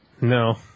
No